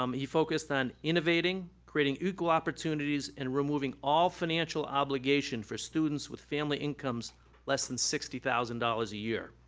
um he focused on innovating, creating equal opportunities, and removing all financial obligation for students with family incomes less than sixty thousand dollars a year,